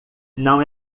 não